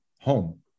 home